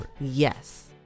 yes